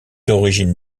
origines